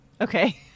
Okay